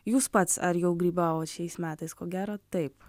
jūs pats ar jau grybavot šiais metais ko gero taip